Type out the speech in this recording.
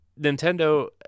Nintendo